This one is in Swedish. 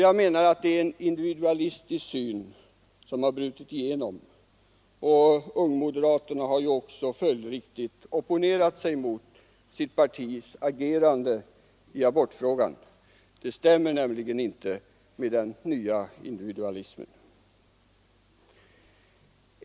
Jag menar att det är en individualistisk syn som har brutit igenom, och ungmoderaterna har också följdriktigt opponerat sig emot sitt partis agerande i abortfrågan. Det stämmer nämligen inte med den nya individualismen.